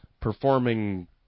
performing